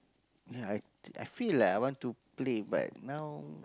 ya I I feel like I want to play but now